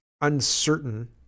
uncertain